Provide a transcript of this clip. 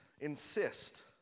insist